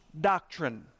doctrine